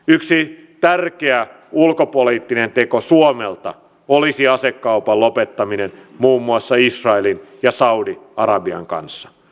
yksi tärkeä ulkopoliittinen teko suomelta olisi asekaupan lopettaminen muun muassa israelin ja saudi arabian kanssa